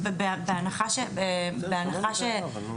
אבל אנחנו לא מתקדמים.